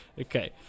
Okay